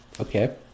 okay